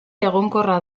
egonkorra